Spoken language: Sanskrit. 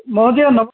महोदय